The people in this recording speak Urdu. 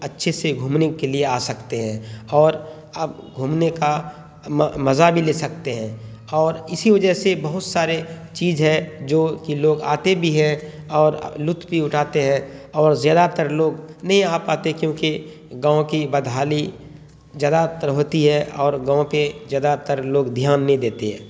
اچھے سے گھومنے کے لیے آ سکتے ہیں اور اب گھومنے کا مزہ بھی لے سکتے ہیں اور اسی وجہ سے بہت سارے چیز ہے جو کہ لوگ آتے بھی ہیں اور لطف بھی اٹھاتے ہیں اور زیادہ تر لوگ نہیں آ پاتے کیونکہ گاؤں کی بدحالی زیادہ تر ہوتی ہے اور گاؤں پہ زیادہ تر لوگ دھیان نہیں دیتے ہیں